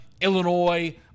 Illinois